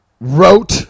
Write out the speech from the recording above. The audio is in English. wrote